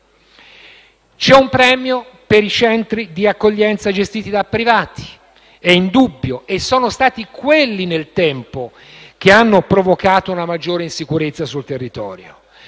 è un premio per i centri di accoglienza gestiti da privati; è indubbio che sono stati quelli che nel tempo hanno provocato una maggiore insicurezza sul territorio.